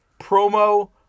promo